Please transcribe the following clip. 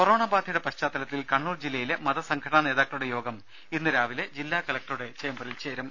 corona ബാധയുടെ പശ്ചാത്തലത്തിൽ കണ്ണൂർ ജില്ലയിലെ മതസംഘടനാ നേതാക്കളുടെ യോഗം ഇന്ന് രാവിലെ ജില്ലാ കലക്ടറുടെ ചേംബറിൽ ചേരും